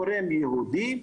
גורם יהודי,